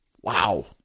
Wow